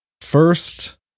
first